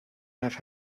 have